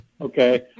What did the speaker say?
okay